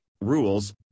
rules